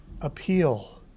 appeal